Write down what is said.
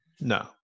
No